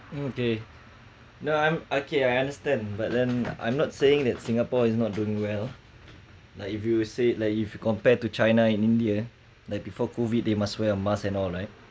okay now I'm okay I understand but then I'm not saying that singapore is not doing well like if you said like if you compare to china and india like before COVID they must wear a mask and all right